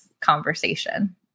conversation